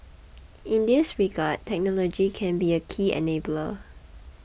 in this regard technology can be a key enabler